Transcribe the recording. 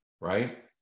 right